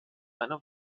einer